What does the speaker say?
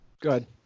good